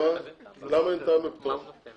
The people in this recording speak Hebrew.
יש שלוש קבוצות.